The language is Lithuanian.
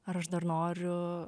ar aš dar noriu